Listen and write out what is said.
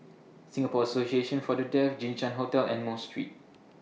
Singapore Association For The Deaf Jinshan Hotel and Mosque Street